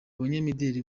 abanyamideli